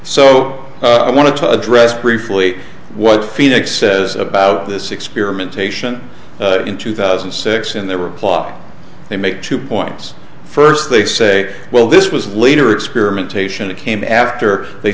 so i want to address briefly what phoenix says about this experimentation in two thousand and six in their reply they make two points first they say well this was later experimentation it came after they